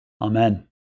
Amen